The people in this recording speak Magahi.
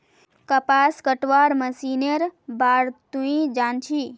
कपास कटवार मशीनेर बार तुई जान छि